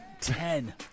ten